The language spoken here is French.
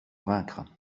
vaincre